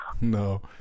no